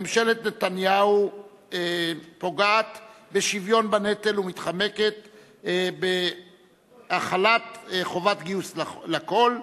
ממשלת נתניהו פוגעת בשוויון בנטל ומתחמקת מהחלת חובת גיוס לכול.